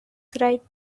right